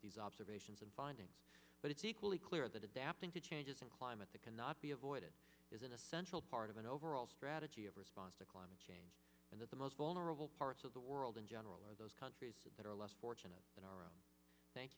these observations and finding but it's equally clear that adapting to changes in climate that cannot be avoided is an essential part of an overall strategy of response to climate change and that the most vulnerable parts of the world in general or those countries that are less fortunate than our own thank